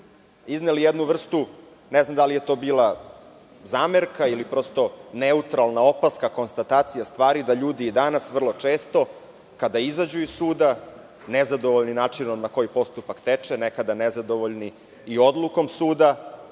izneli jednu vrstu, ne znam da li je to bila zamerka ili neutralna opaska, konstatacija stvari, da ljudi i danas vrlo često kada izađu iz suda, nezadovoljni načinom na koji postupak teče, nekada nezadovoljni i odlukom suda,